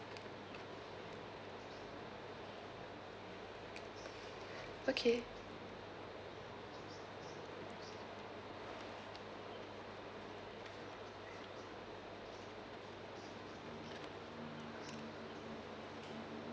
okay